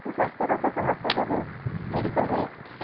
କିଛି ସ୍ୱାସ୍ଥ୍ୟଗତ ସମସ୍ୟା ଯୋଗୁଁ ମେଡ଼ିକାଲରେ